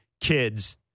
kids